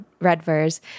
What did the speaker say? Redvers